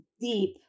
deep